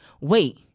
wait